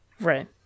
Right